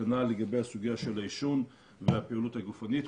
כנ"ל הסוגיה של עישון ופעילות גופנית.